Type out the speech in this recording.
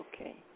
okay